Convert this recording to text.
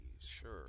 Sure